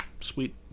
sweet